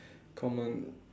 common